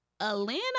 atlanta